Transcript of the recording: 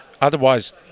otherwise